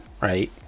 right